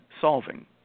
solving